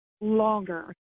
longer